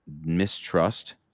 mistrust